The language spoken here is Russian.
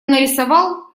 нарисовал